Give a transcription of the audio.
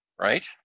Right